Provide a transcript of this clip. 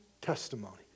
testimony